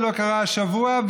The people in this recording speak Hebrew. ולא קרה השבוע,